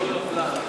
התנועה,